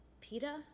PETA